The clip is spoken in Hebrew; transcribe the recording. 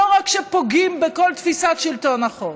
שלא רק פוגעים בכל תפיסת שלטון החוק,